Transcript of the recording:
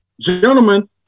gentlemen